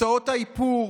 הוצאות האיפור,